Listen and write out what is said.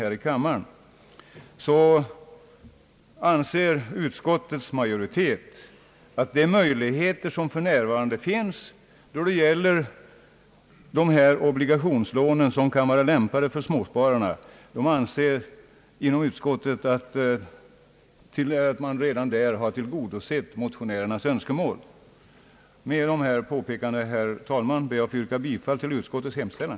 Riksgäldskontoret har också genom att under de senaste åren utge särskilda sparobligationslån i små valörer berett småsparare möjlighet att teckna sådana lån. Med hänvisning till det anförda ber jag att få yrka bifall till utskottets hemställan.